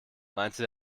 meinte